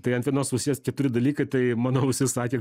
tai ant vienos pusies keturi dalykai tai mano ausis sakė